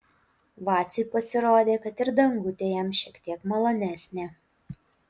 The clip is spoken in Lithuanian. vaciui pasirodė kad ir dangutė jam šiek tiek malonesnė